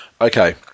Okay